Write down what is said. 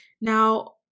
Now